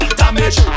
damage